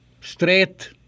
straight